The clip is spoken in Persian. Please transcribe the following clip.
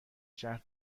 شهر